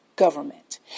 government